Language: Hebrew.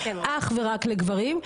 אך ורק לגברים.